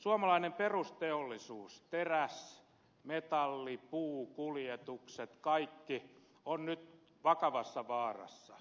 suomalainen perusteollisuus teräs metalli puu kuljetukset kaikki on nyt vakavassa vaarassa